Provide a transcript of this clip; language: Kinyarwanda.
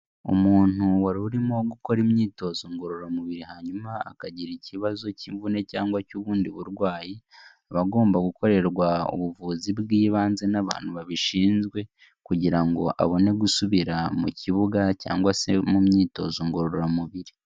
Umuntu wari urimo gukora imyitozo ngororamubiri hanyuma akagira ikibazo cy'imvune cyangwa cy'ubundi burwayi, aba agomba gukorerwa ubuvuzi bw'ibanze n'abantu babishinzwe kugira ngo abone gusubira mu kibuga cyangwa se mu myitozo ngororamubiri.